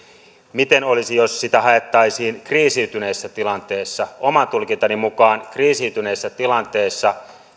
miten olisi jos sitä haettaisiin kriisiytyneessä tilanteessa oman tulkintani mukaan kriisiytyneessä tilanteessa